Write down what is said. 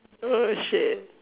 oh shit